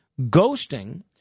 ghosting